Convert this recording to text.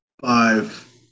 Five